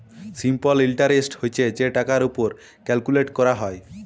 simple interest হছে যে টাকার উপর ক্যালকুলেট ক্যরা হ্যয়